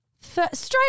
Straight